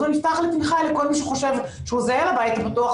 אז הוא נפתח לתמיכה לכל מי שחושב שהוא זהה לבית הפתוח,